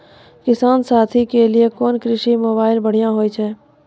किसान साथी के लिए कोन कृषि मोबाइल बढ़िया होय छै?